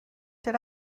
did